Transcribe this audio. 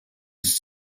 bis